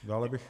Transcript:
Dále bych